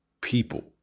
people